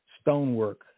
stonework